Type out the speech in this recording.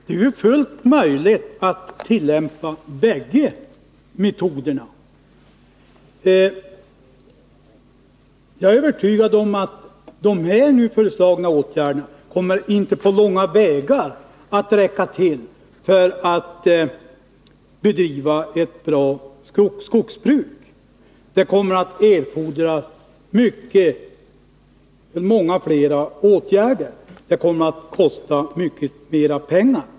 Det är fullt möjligt att tillämpa båda metoderna. Jag är övertygad om att de nu föreslagna åtgärderna inte på långa vägar kommer att räcka till för att man skall kunna bedriva ett bra skogsbruk. Många flera åtgärder kommer att erfordras. Det kommer att kosta mycket mer pengar.